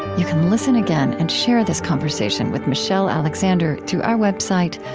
you can listen again and share this conversation with michelle alexander through our website,